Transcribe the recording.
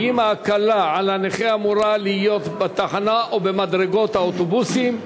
האם ההקלה על הנכה אמורה להיות בתחנה או במדרגות האוטובוסים?